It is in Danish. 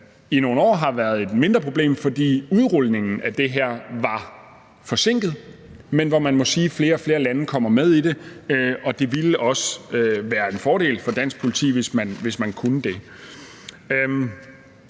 i nogle år har været et mindre problem, fordi udrulningen af det her var forsinket, men hvor man må sige, at flere og flere lande kommer med i det – og det ville også være en fordel for dansk politi, hvis man kunne det.